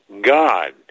God